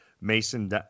Mason